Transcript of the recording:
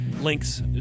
links